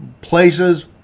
places